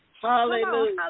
Hallelujah